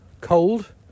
cold